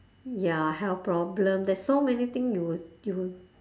ya health problem there's so many thing you will you will